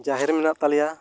ᱡᱟᱦᱮᱨ ᱢᱮᱱᱟᱜ ᱛᱟᱞᱮᱭᱟ